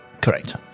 Correct